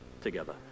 together